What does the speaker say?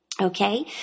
Okay